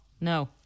No